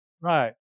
right